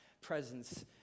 presence